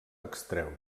extreure